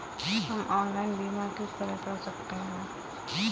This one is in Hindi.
हम ऑनलाइन बीमा किस तरह कर सकते हैं?